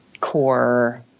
core